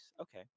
Okay